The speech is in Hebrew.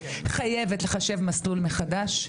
חייבת לחשב מסלול מחדש,